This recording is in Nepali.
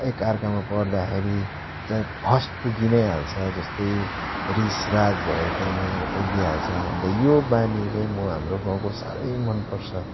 एकाअर्कामा पर्दाखेरि चाहिँ फर्स्ट पुगिनै हाल्छ जस्तै रिसराग भए पनि पुगिहाल्छ अन्त यो बानी चाहिँ म हाम्रो गाउँको साह्रै मनपर्छ